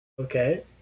okay